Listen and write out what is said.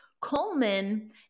Coleman